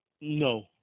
No